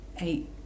eight